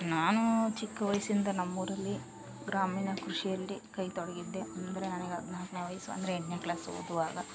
ನಾನು ಚಿಕ್ಕ ವಯಸ್ಸಿನಿಂದ ನಮ್ಮೂರಲ್ಲಿ ಗ್ರಾಮೀಣ ಕೃಷಿಯಲ್ಲಿ ಕೈ ತೊಡಗಿದ್ದೆ ಅಂದರೆ ನಾನೀಗ ಹದಿನಾಲ್ಕೇ ವಯಸ್ಸು ಅಂದರೆ ಎಂಟನೇ ಕ್ಲಾಸು ಓದ್ವಾಗ